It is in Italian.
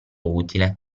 utile